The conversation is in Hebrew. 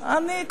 אני,